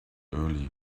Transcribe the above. early